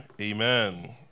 Amen